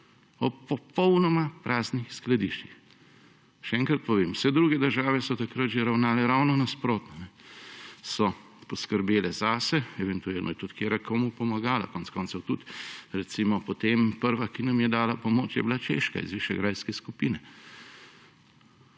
ob popolnoma praznih skladiščih. Še enkrat povem, vse druge države so takrat že ravnale ravno nasprotno, so poskrbele zase, eventualno je tudi katera komu pomagala, konec koncev je bila tudi recimo potem prva, ki nam je dala pomoč, Češka iz Višegrajske skupine.